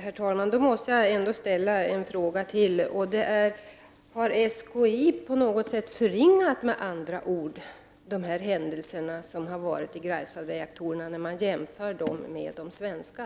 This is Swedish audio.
Herr talman! Jag måste få ställa en fråga till: Har SKI med andra ord på något sätt förringat händelserna när det gäller Greifswaldsreaktorerna i jämförelse med de svenska?